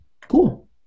Cool